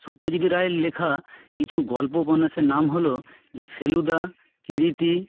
সত্যজিৎ রায়ের লেখা কিছু গল্প উপন্যাসের নাম হলো যে ফেলুদা কিরিটি